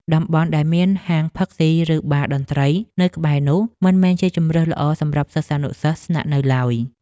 តំបន់ដែលមានហាងផឹកស៊ីឬបារតន្ត្រីនៅក្បែរនោះមិនមែនជាជម្រើសល្អសម្រាប់សិស្សានុសិស្សស្នាក់នៅឡើយ។